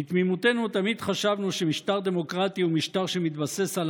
בתמימותנו תמיד חשבנו שמשטר דמוקרטי הוא משטר שמתבסס על